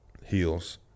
Heels